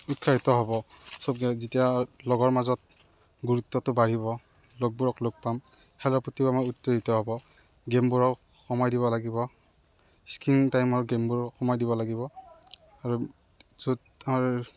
উৎসাহিত হ'ব সববিলাক যেতিয়া লগৰ মাজত গুৰুত্বটো বাঢ়িব লগবোৰক লগ পাম খেলৰ প্ৰতিও আমাৰ উত্তেজিত হ'ব গেমবোৰক সময় দিব লাগিব স্ক্ৰিন টাইমৰ গেমবোৰক কমাই দিব লাগিব আৰু য'ত ধৰ